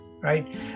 right